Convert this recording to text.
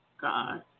God